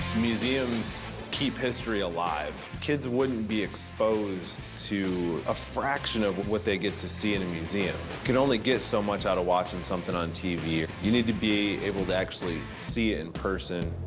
museums keep history alive. kids wouldn't be exposed to a fraction of of what they get to see in a museum. you can only get so much out of watching something on tv. you need to be able to actually see it in person,